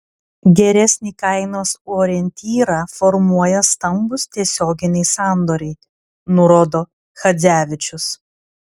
geresnį kainos orientyrą formuoja stambūs tiesioginiai sandoriai nurodo chadzevičius